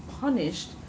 punished